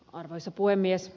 arvoisa puhemies